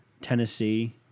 Tennessee